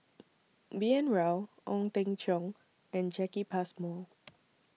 B N Rao Ong Teng Cheong and Jacki Passmore